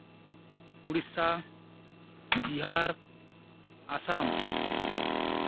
Odisha Bihar Assam